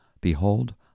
Behold